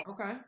Okay